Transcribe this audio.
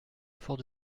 fort